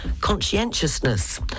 conscientiousness